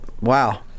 wow